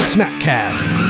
SmackCast